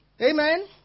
Amen